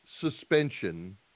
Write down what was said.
suspension